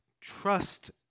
trust